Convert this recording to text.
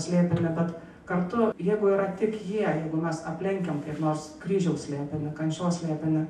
slėpinį bet kartu jeigu yra tik jie jeigu mes aplenkiam kaip nors kryžiaus slėpinį kančios slėpinį